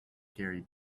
gary